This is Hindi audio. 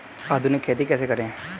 आधुनिक खेती कैसे करें?